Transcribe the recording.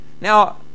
Now